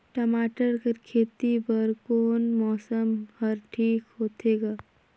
टमाटर कर खेती बर कोन मौसम हर ठीक होथे ग?